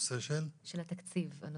אני